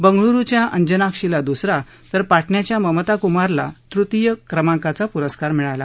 बंगळुरुच्या अंजनाक्षीला दुसरा तर पाटण्याच्या ममता कुमारला तृतीय क्रमांकाचा पुरस्कार मिळाला